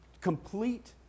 Complete